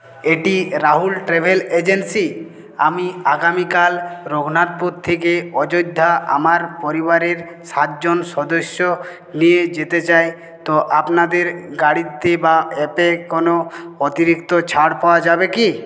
এটি Rahul travel agency আমি আগামীকাল রঘুনাথপুর থেকে অযোধ্যা আমার পরিবারের সাতজন সদস্য নিয়ে যেতে চাই তো আপনাদের গাড়িতে বা অ্যাপে কোনো অতিরিক্ত ছাড় পাওয়া যাবে কি